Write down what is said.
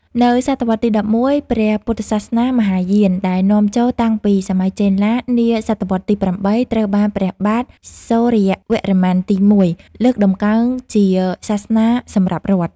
នៅស.វ. ទី១១ ព្រះពុទ្ធសាសនាមហាយានដែលនាំចូលតាំងពីសម័យចេនឡា នាស.វ. ទី៨ ត្រូវបានព្រះបាទសូរ្យវរ័ន្មទី១ លើកតម្កើងជាសាសនាសម្រាប់រដ្ឋ។